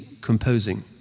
composing